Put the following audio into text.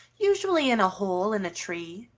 usually in a hole in a tree,